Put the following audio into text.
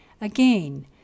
Again